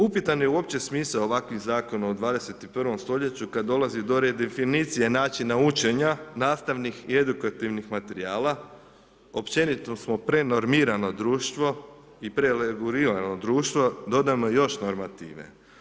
Upitan je uopće smisao ovakvih zakona u 21. stoljeću kad dolazi do redefinicije načina učenja, nastavnih i edukativnih materijala, općenito smo prenormirano društvo i prelegurirano društvo, dodajemo još normative.